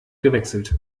gewechselt